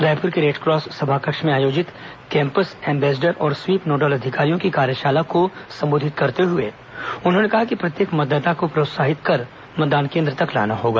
रायपुर के रेडक्रॉस सभाकक्ष में आयोजित कैम्पस एम्बेसडर और स्वीप नोडल अधिकारियों की कार्यशाला को संबोधित करते हुए उन्होंने कहा कि प्रत्येक मतदाता को प्रोत्साहित कर मतदान केंद्र तक लाना होगा